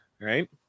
Right